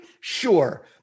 Sure